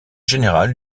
général